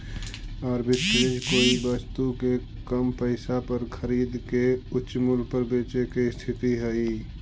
arbitrage कोई वस्तु के कम पईसा पर खरीद के उच्च मूल्य पर बेचे के स्थिति हई